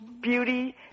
beauty